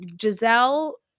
Giselle